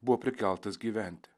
buvo prikeltas gyventi